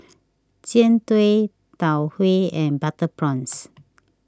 Jian Dui Tau Huay and Butter Prawns